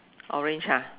orange !huh!